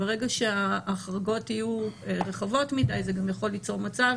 ברגע שההחרגות יהיו רחבות מדי זה גם יכול ליצור מצב